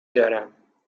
دارم